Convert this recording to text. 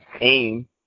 aim